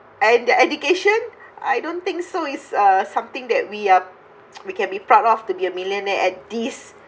and the education I don't think so it's uh something that we are we can be proud of to be a millionaire at this